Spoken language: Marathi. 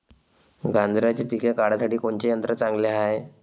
गांजराचं पिके काढासाठी कोनचे यंत्र चांगले हाय?